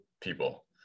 people